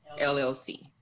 LLC